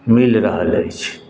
मिल रहल अछि